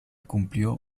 cumplió